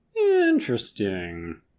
Interesting